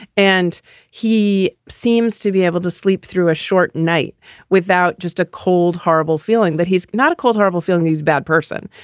and he seems to be able to sleep through a short night without just a cold, horrible feeling that he's not a cold, horrible feeling. he's bad person,